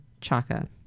chaka